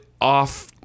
off